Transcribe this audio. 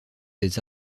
des